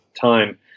time